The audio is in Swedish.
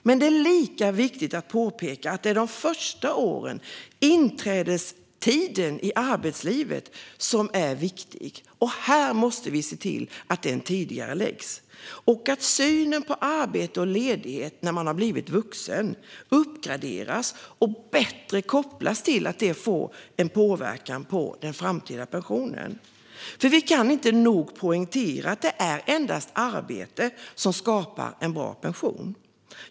Men det är lika viktigt att påpeka att tiden för inträdet i arbetslivet är viktigt. Vi måste se till att den tidigareläggs och att synen på arbete och ledighet när man blivit vuxen uppgraderas och bättre kopplas till den påverkan det får på den framtida pensionen. Vi kan inte nog poängtera att det endast är arbete som skapar en bra pension.